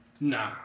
Nah